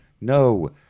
No